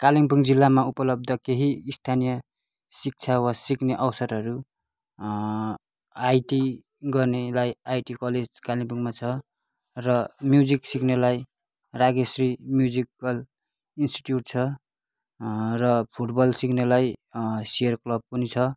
कालिम्पोङ जिल्लामा उपलब्ध केही स्थानीय शिक्षा वा सिक्ने अवसरहरू आइटी गर्नेलाई आइटी कलेज कालिम्पोङमा छ र म्युजिक सिक्नेलाई रागेश्री म्युजिकल इन्स्टिट्युट छ र फुटबल सिक्नेलाई सेर क्लब पनि छ